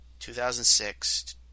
2006